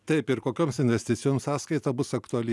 taip ir kokioms investicijoms sąskaita bus aktuali